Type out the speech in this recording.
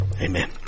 Amen